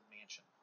Mansion